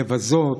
לבזות,